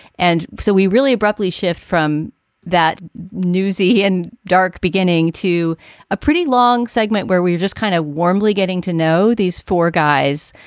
and so we really abruptly shift from that newsy and dark beginning to a pretty long segment where we've just kind of warmly getting to know these four guys,